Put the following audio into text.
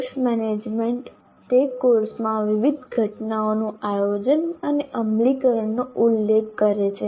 course management તે કોર્સમાં વિવિધ ઘટનાઓનું આયોજન અને અમલીકરણનો ઉલ્લેખ કરે છે